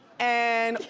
and,